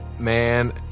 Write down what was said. Man